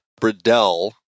bridell